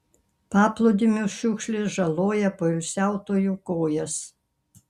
paplūdimio šiukšlės žaloja poilsiautojų kojas